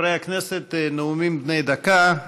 חברי הכנסת, נאומים בני דקה.